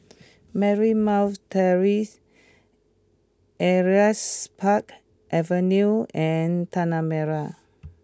Marymount Terrace Elias Park Avenue and Tanah Merah